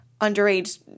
underage